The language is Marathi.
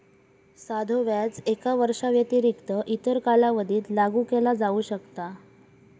साधो व्याज एका वर्षाव्यतिरिक्त इतर कालावधीत लागू केला जाऊ शकता